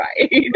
right